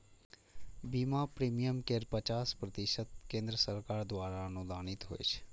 बीमा प्रीमियम केर पचास प्रतिशत केंद्र सरकार द्वारा अनुदानित होइ छै